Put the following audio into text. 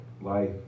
life